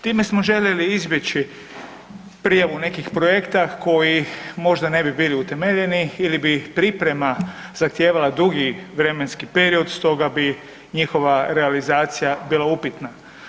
Time smo željeli izbjeći prijavu nekih projekta koji možda ne bi bili utemeljeni ili bi priprema zahtijevala dugi vremenski period, stoga bi njihova realizacija bila upitna.